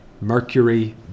Mercury